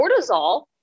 cortisol